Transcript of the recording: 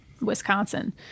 Wisconsin